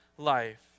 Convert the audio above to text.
life